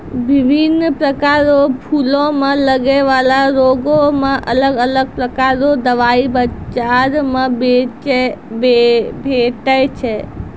बिभिन्न प्रकार रो फूलो मे लगै बाला रोगो मे अलग अलग प्रकार रो दबाइ बाजार मे भेटै छै